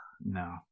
No